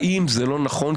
האם זה נכון,